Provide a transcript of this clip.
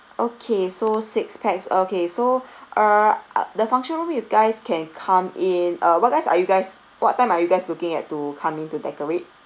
okay so six pax okay so uh uh the function room you guys can come in uh what guys are you guys what time are you guys looking at to come in to decorate